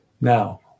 Now